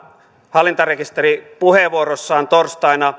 hallintarekisteripuheenvuorossaan torstaina